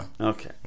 okay